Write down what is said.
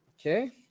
Okay